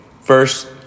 First